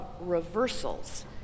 reversals